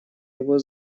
его